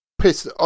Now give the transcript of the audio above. pissed